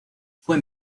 fue